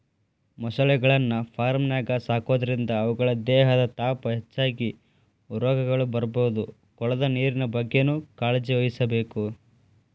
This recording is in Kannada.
ಮೊಸಳೆಗಳನ್ನ ಫಾರ್ಮ್ನ್ಯಾಗ ಸಾಕೋದ್ರಿಂದ ಅವುಗಳ ದೇಹದ ತಾಪ ಹೆಚ್ಚಾಗಿ ರೋಗಗಳು ಬರ್ಬೋದು ಕೊಳದ ನೇರಿನ ಬಗ್ಗೆನೂ ಕಾಳಜಿವಹಿಸಬೇಕು